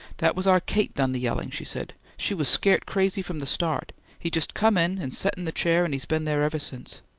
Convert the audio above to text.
that was our kate done the yellin', she said. she was scart crazy from the start. he jest come in, and set in the chair and he's been there ever since.